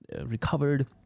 recovered